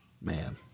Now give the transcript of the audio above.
Man